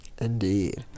Indeed